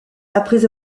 après